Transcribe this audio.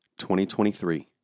2023